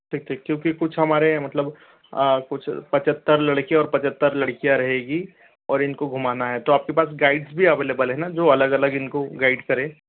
ठीक ठीक क्योंकि कुछ हमारे यहाँ मतलब कुछ पचहत्तर लड़के और पचहत्तर लड़कियाँ रहेंगी और इनको घुमाना है तो आपके पास गाइड्स भी अवेलेबल है ना जो अलग अलग इनको गाइड करे